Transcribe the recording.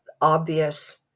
obvious